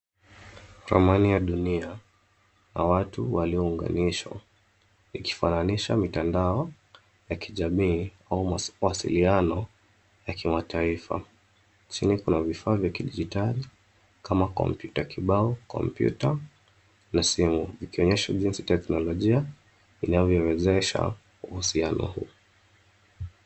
Amani ya dunia na watu waliyounganishwa, ikifananisha mitandao ya kijamii au mawasiliano ya kimataifa. Chini kuna vifaa vya kidijitali kama kompyuta kibao, kompyuta na simu, ikionyesha jinsi teknolojia inavyowezesha uhusiano huu.